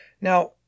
Now